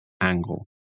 angle